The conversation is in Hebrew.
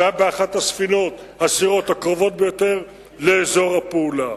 שהיה באחת הספינות הקרובות ביותר לאזור הפעולה,